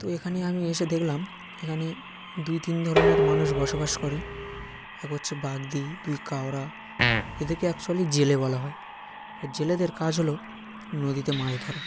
তো এখানে আমি এসে দেখলাম এখানে দুই তিন ধরনের মানুষ বসবাস করে এক হচ্ছে বাগদি দুই কাওড়া এদেরকে একচোয়ালি জেলে বলা হয় ও জেলেদের কাজ হলো নদীতে মাছ ধরা